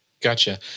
Gotcha